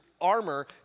armor